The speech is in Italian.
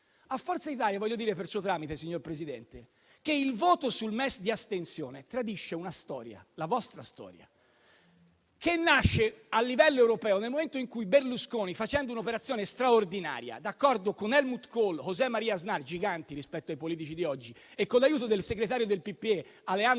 signor Presidente, che il voto sul MES di astensione tradisce una storia, la vostra storia, che nasce a livello europeo nel momento in cui Berlusconi, facendo un'operazione straordinaria, d'accordo con Helmut Kohl, José Maria Aznar, (giganti rispetto ai politici di oggi), e con l'aiuto del Segretario del PPE, Alejandro